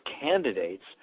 candidates